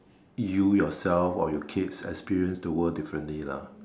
you yourself or your kids experience the world differently lah